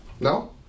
No